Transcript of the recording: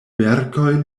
verkoj